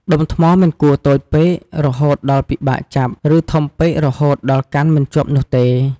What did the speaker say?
ដុំថ្មមិនគួរតូចពេក រហូតដល់ពិបាកចាប់ ឬធំពេក រហូតដល់កាន់មិនជាប់នោះទេ។